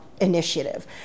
initiative